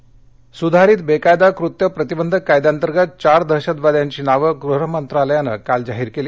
दहशतवादी सुधारित बेकायदा कृत्य प्रतिबंधक कायद्यांतर्गत चार दहशतवाद्यांची नावं गृह मंत्रालयानं काल जाहीर केली